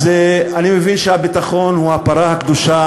אז אני מבין שהביטחון הוא הפרה הקדושה